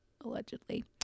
allegedly